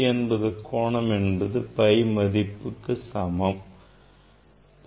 180 கோணம் என்பது pi மதிப்புக்கு சமம் ஆகும்